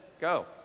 go